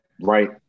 Right